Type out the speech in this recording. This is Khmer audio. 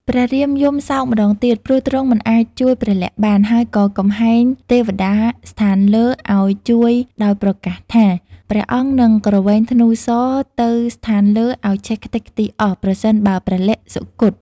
ព្រះរាមយំ សោកម្តងទៀត ព្រោះទ្រង់មិនអាចជួយព្រះលក្សណ៍បាន ហើយក៏កំហែងទេវតាស្ថានលើឱ្យ ជួយដោយប្រកាសថា ព្រះអង្គនឹងគ្រវែងធ្នូសរទៅស្ថានលើឱ្យឆេះខ្ទេចខ្ទីអស់ ប្រសិនបើព្រះលក្សណ៍សុគត។